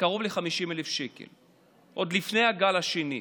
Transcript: קרוב ל-50,000 שקל עוד לפני הגל השני.